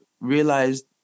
realized